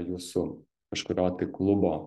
jūsų kažkurio tai klubo